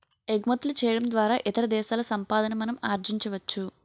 ఎగుమతులు చేయడం ద్వారా ఇతర దేశాల సంపాదన మనం ఆర్జించవచ్చు